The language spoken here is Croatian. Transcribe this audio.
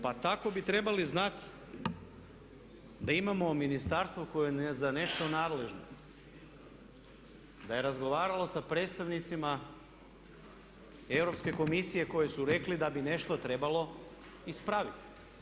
Pa tako bi trebali znati da imamo ministarstvo koje je za nešto nadležno, da je razgovaralo sa predstavnicima Europske komisije koji su rekli da bi nešto trebalo ispraviti.